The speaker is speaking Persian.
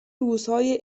روزای